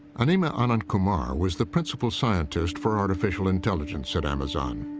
anima anandkumar was the principal scientist for artificial intelligence at amazon.